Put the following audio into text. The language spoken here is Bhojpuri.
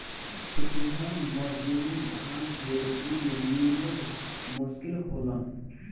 खेतिहर मजूर धान के रोपनी में मिलल मुश्किल होलन